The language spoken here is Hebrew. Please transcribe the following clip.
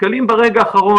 נתקלים ברגע האחרון?